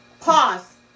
pause